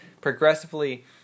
progressively